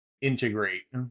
integrate